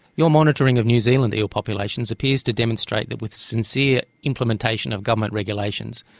your monitoring of new zealand eel populations appears to demonstrate that with sincere implementation of government regulations,